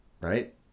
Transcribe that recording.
Right